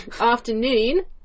Afternoon